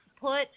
put